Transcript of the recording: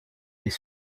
les